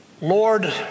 Lord